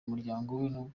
umuryango